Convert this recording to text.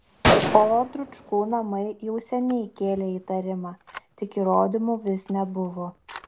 o dručkų namai jau seniai kėlė įtarimą tik įrodymų vis nebuvo